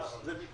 לא.